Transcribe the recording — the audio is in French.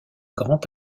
grand